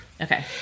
Okay